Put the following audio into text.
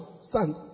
Stand